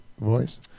voice